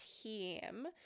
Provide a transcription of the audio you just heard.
team